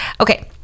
Okay